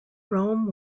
rome